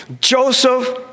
Joseph